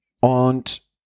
Und